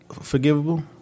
forgivable